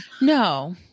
No